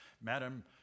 Madam